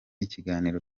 ikiganiro